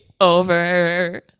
over